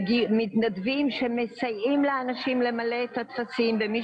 מתנדבים שמסייעים לאנשים למלא את הטפסים ומי